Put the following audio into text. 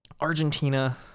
Argentina